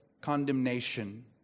condemnation